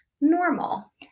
normal